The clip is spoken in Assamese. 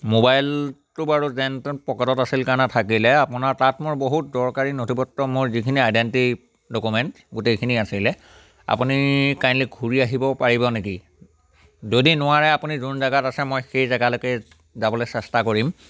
ম'বাইলটো বাৰু যেন তেন পকেটত আছিল কাৰণে থাকিলে আপোনাৰ তাত মোৰ বহুত দৰকাৰী নথি পত্ৰ মোৰ যিখিনি আইডেনটি ডকুমেন্ট গোটেইখিনি আছিলে আপুনি কাইণ্ডলি ঘূৰি আহিব পাৰিব নেকি যদি নোৱাৰে আপুনি যোন জেগাত আছে মই সেই জেগালৈকে যাবলৈ চেষ্টা কৰিম